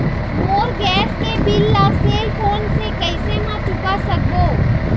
मोर gas के bill ला cell phone से कैसे म चुका सकबो?